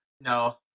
No